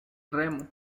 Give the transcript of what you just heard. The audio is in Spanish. remo